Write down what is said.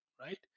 right